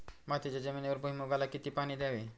मातीच्या जमिनीवर भुईमूगाला किती पाणी द्यावे?